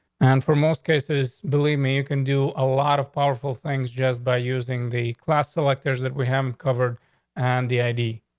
and for most cases, believe me, you can do a lot of powerful things just by using the class electors that we haven't covered on and the i. d.